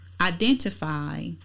identify